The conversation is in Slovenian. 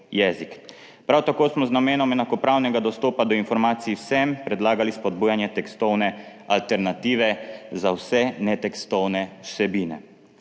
Prav tako smo z namenom enakopravnega dostopa do informacij vsem predlagali spodbujanje tekstovne alternative za vse netekstovne vsebine.